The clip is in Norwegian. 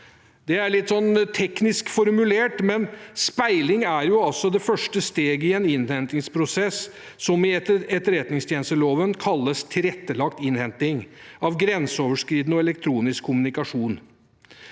Det er litt teknisk formulert, men speiling er altså det første steget i en innhentingsprosess som i etterretningstjenesteloven kalles tilrettelagt innhenting av grenseoverskridende og elektronisk kommunikasjon.